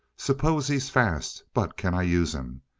suppose he's fast but can i use him?